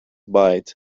bite